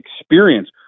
experience